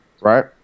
right